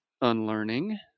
unlearning